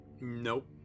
Nope